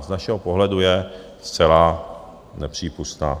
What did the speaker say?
Z našeho pohledu je zcela nepřípustná.